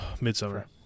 Midsummer